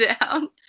down